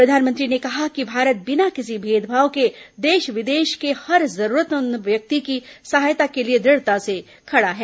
प्रधानमंत्री ने कहा कि भारत बिना किसी भेदभाव के देष विदेष के हर जरूरतमंद व्यक्ति की सहायता के लिए दुढ़ता से खड़ा है